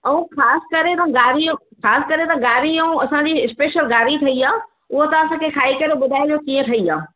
ऐं ख़ासि करे त घारी ख़ासि करे त घारी ऐं असांजी इस्पेशल घारी ठही आहे उहो तव्हां असांखे खाई करे ॿुधाएजो कीअं ठही आहे